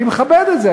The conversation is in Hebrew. אני מכבד את זה.